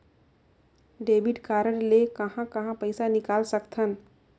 Debit card ले कहां कहां पइसा निकाल सकथन?